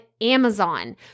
Amazon